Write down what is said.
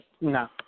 No